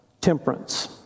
temperance